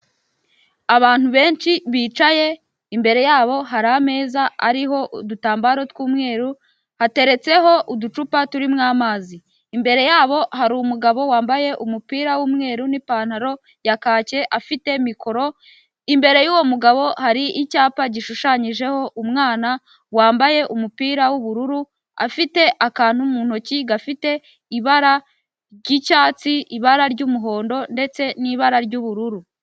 Abantu benshi bicaye imbere yabo hari ameza ariho udutambaro tw'umweru, ateretseho uducupa turimo amazi. Imbere yabo hari umugabo wambaye umupira w'umweru n'ipantaro ya kake afite mikoro, imbere y'uwo mugabo hari icyapa gishushanyijeho umwana wambaye umupira w'ubururu, afite akantu mu ntoki gafite ibara ry'icyatsi, ibara ry'umuhondo, ndetse n'ibara ry'ubururu.